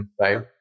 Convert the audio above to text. Right